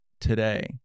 today